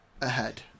ahead